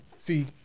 see